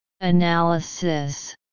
Analysis